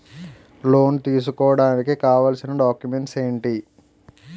Loan తీసుకోడానికి కావాల్సిన documents ఎంటి?